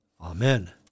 Amen